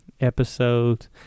episodes